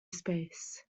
space